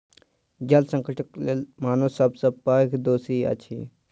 जल संकटक लेल मानव सब सॅ पैघ दोषी अछि